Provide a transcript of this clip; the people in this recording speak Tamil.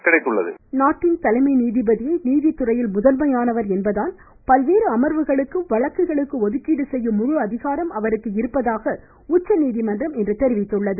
கேசுக்க உச்சநீதிமன்றம் நாட்டின் தலைமை நீதிபதியே நீதித்துறையில் முதன்மையானவர் என்பதால் பல்வேறு அமர்வுகளுக்கு வழக்குகளுக்கு ஒதுக்கீடு செய்யும் முழு அதிகாரம் அவருக்கு இருப்பதாக உச்சநீதிமன்றம் இன்று தெரிவித்துள்ளது